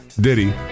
Diddy